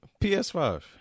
PS5